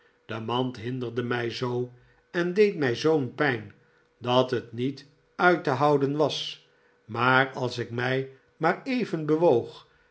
die mand hinderde mij zoo en deed mij zoo'n pijn dat het niet uit te houden was maar als ik mij maar even bewoog